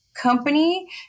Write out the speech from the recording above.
company